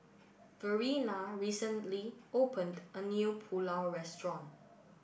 Verena recently opened a new Pulao restaurant